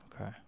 Okay